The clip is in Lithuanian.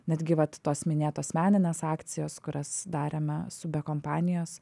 netgi vat tos minėtos meninės akcijos kurias darėme su be kompanijos